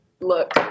Look